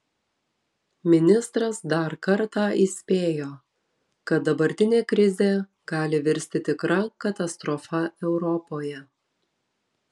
ministras dar kartą įspėjo kad dabartinė krizė gali virsti tikra katastrofa europoje